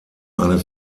eine